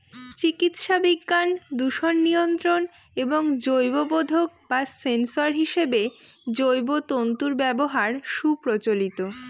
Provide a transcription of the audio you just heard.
চিকিৎসাবিজ্ঞান, দূষণ নিয়ন্ত্রণ এবং জৈববোধক বা সেন্সর হিসেবে জৈব তন্তুর ব্যবহার সুপ্রচলিত